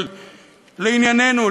אבל לענייננו,